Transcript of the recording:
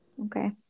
Okay